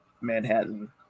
Manhattan